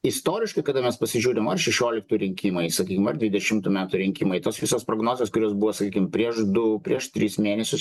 istoriškai kada mes pasižiūrim ar šešioliktų rinkimai sakykim ar dvidešimtų metų rinkimai tos visos prognozės kurios buvo sakykim prieš du prieš tris mėnesius